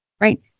right